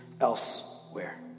elsewhere